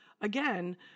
again